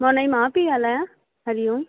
मां उनजी माउ पइ ॻाल्हायांं हरि ओम